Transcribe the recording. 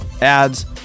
ads